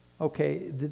okay